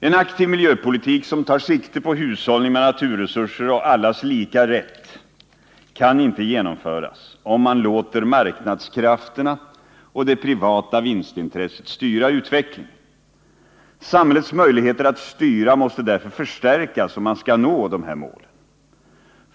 En aktiv miljöpolitik som tar sikte på hushållning med naturresurser och allas lika rätt kan inte genomföras, om man låter marknadskrafterna och det privata vinstintresset styra utvecklingen. Samhällets möjligheter att styra måste därför förstärkas, om man skall nå dessa mål.